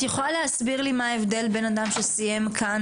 את יכולה להסביר לי מה ההבדל בין אדם שסיים כאן,